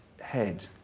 head